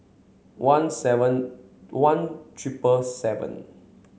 one seven one triple seven